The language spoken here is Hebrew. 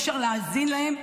אי-אפשר להאזין להם,